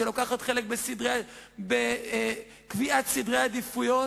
שמשתתפת בקביעת סדרי עדיפויות.